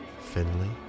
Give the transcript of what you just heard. Finley